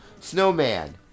snowman